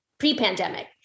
pre-pandemic